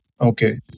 okay